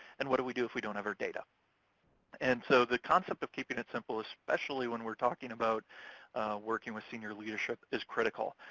and what do we do if we don't have our data and so the concept of keeping it simple, especially when we're talking about working with senior leadership is critical,